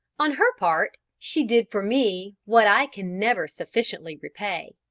on her part, she did for me what i can never sufficiently repay.